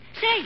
Say